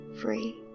free